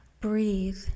Breathe